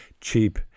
cheap